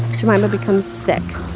jemima become sick